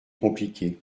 compliquées